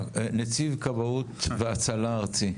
נציב כבאות והצלה ארצי,